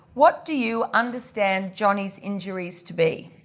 what do you understand jhonnie's injuries to be?